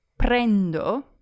prendo